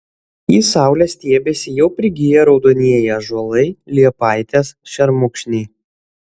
į saulę stiebiasi jau prigiję raudonieji ąžuolai liepaitės šermukšniai